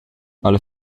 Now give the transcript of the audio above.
alla